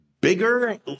bigger